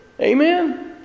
Amen